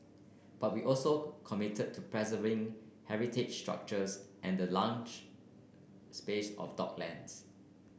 but we also committed to preserving heritage structures and the lunch space of docklands